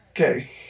Okay